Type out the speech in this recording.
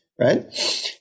right